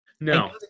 No